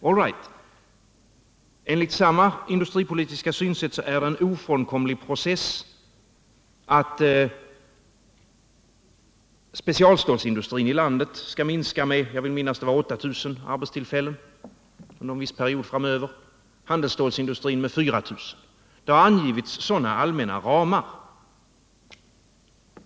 All right, enligt samma industripolitiska synsätt är det en ofrånkomlig process att specialstålindustrin i landet skall minska med, jag vill minnas, 8 000 arbetstillfällen under en viss period framöver och handelsstålindustrin med 4 000. Det har angivits sådana allmänna ramar.